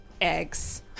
eggs